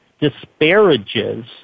disparages